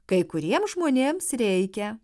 kai kuriems žmonėms reikia